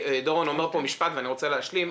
--- דורון אומר פה משפט ואני רוצה להשלים.